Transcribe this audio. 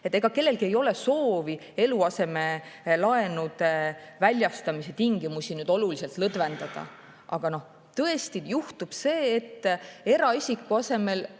Ega kellelgi ei ole soovi eluasemelaenude väljastamise tingimusi oluliselt lõdvendada. Aga tõesti juhtub see, et eraisiku asemel